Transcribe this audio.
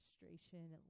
demonstration